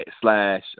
slash